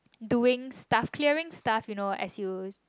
doing stuff clearing stuff you know as you